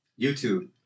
YouTube